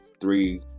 three